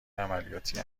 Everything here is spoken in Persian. عملیاتی